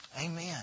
Amen